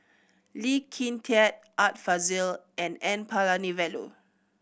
Lee Kin Tat Art Fazil and N Palanivelu